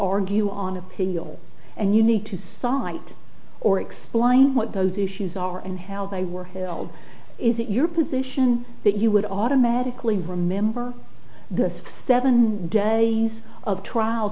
argue on appeal and you need to cite or explain what those issues are and how they were held is it your position that you would automatically remember the seven days of trial